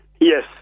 yes